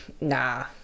Nah